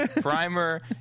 Primer